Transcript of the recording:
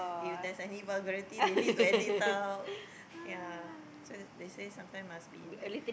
if there's any vulgarities they need to edit out ya so they they say sometimes must be like